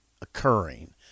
occurring